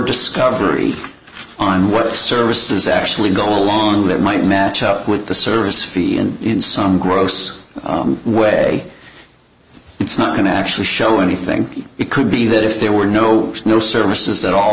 discovery on what services actually go on that might match up with the service fee and in some gross way it's not going to actually show anything it could be that if there were no no services at all